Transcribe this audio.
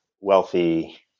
wealthy